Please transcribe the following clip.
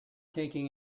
taking